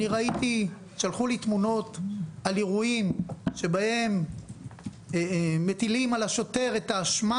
שלחו לי תמונות על אירועים שבהם מטילים על השוטר את האשמה.